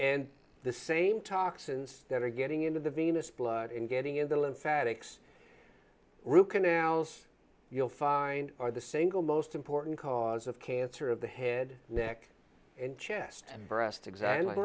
and the same toxins that are getting into the venous blood and getting in the lymphatics root canals you'll find are the single most important cause of cancer of the head neck and chest and breast exam